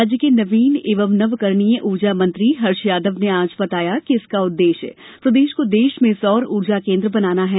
राज्य के नवीन एंव नवकर्णीय ऊर्जा मंत्री हर्ष यादव ने आज बताया कि इसका उद्देश्य प्रदेश को देश में सौर ऊर्जा केंद्र बनाना है